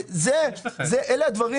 אלה הדברים